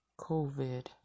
covid